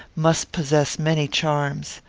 must possess many charms.